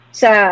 sa